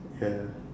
ya